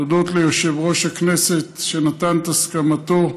תודות ליושב-ראש הכנסת, שנתן את הסכמתו,